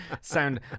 sound